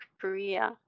Korea